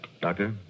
Doctor